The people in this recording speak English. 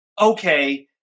okay